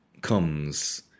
comes